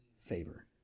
favor